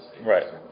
Right